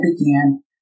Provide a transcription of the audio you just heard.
began